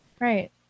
right